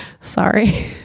Sorry